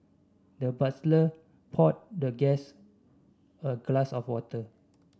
the butler poured the guest a glass of water